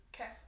Okay